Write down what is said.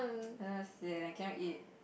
ah sian I cannot eat